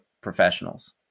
professionals